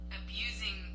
abusing